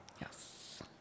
Yes